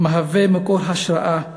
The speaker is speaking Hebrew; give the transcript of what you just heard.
מהווה מקור השראה.